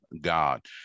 God